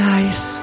nice